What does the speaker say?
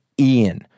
Ian